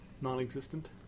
Non-existent